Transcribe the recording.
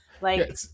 Like-